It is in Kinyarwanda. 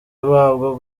babwo